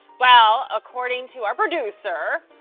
well, according to our producer,